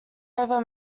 over